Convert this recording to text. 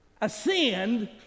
ascend